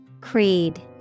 Creed